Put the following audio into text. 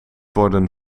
worden